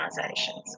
organizations